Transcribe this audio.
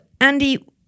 Andy